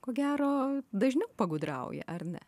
ko gero dažniau pagudrauja ar ne